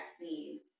vaccines